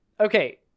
Okay